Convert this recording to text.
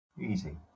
Easy